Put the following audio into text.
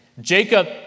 Jacob